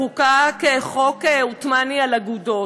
חוקק חוק עות'מאני על אגודות,